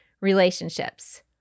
relationships